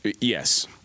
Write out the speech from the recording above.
Yes